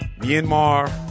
Myanmar